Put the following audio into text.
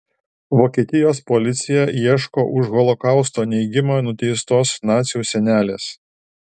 vokietijos policija ieško už holokausto neigimą nuteistos nacių senelės